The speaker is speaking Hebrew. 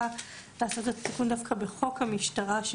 לעשות את התיקון דווקא בחוק המשטרה,